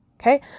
Okay